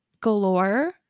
galore